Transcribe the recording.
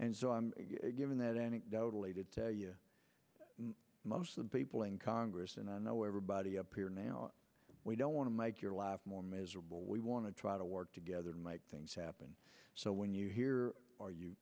and so i'm giving that anecdotally to you most of the people in congress and i know everybody up here now we don't want to make your life more miserable we want to try to work together and make things happen so when you hear or you